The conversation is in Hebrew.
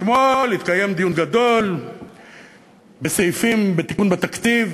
אתמול התקיים דיון גדול בסעיפים בתיקון בתקציב